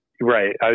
right